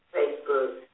Facebook